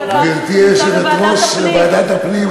גברתי היושבת-ראש של ועדת הפנים,